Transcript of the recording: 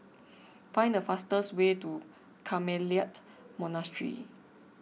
find the fastest way to Carmelite Monastery